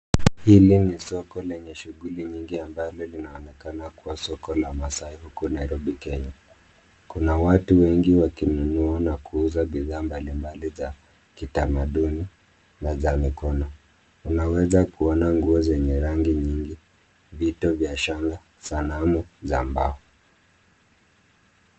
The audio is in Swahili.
Hili ni soko lenye shughuli nyingi ambalo linaonekana kuwa soko la maasai huku Nairobi, Kenya. Kuna watu wengi wakinunua, na kuuza bidhaa mbalimbali, za kitamaduni, na za mikono. Unaweza kuona nguo zenye rangi nyingi, vito vya shanga, sanamu, za mbao.